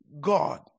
God